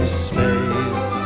space